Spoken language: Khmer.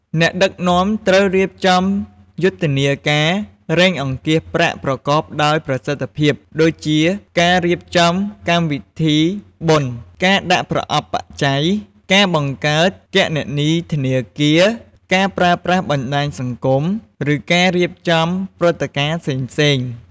អ្នកដឹកនាំត្រូវរៀបចំយុទ្ធនាការរៃអង្គាសប្រាក់ប្រកបដោយប្រសិទ្ធភាព ដូចជា ការរៀបចំកម្មវិធីបុណ្យ ការដាក់ប្រអប់បច្ច័យ ការបង្កើតគណនីធនាគារ ការប្រើប្រាស់បណ្ដាញសង្គម ឬការរៀបចំព្រឹត្តិការណ៍ផ្សេងៗ។